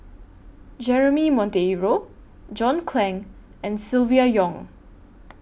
Jeremy Monteiro John Clang and Silvia Yong